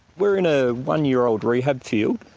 we're in a one-year-old rehab field,